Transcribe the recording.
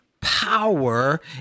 power